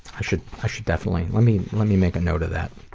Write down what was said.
i should i should definitely, let me let me make a note of that.